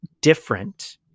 different